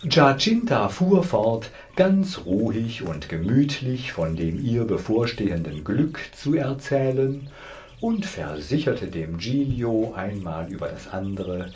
fort ganz ruhig und gemütlich von dem ihr bevorstehenden glück zu erzählen und versicherte dem giglio einmal über das andere